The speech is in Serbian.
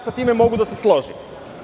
Sa tim mogu da se složim.